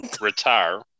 retire